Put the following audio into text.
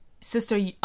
sister